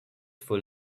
full